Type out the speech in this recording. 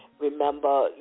Remember